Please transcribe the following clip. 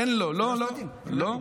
לא, לא.